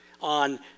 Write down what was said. on